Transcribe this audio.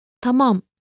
Tamam